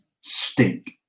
stink